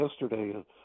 yesterday